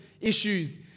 issues